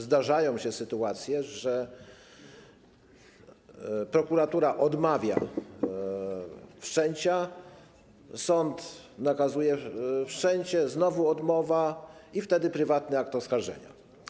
Zdarzają się też sytuacje, że prokuratura odmawia wszczęcia, sąd nakazuje wszczęcie, znowu jest odmowa i wtedy pozostaje prywatny akt oskarżenia.